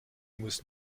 muss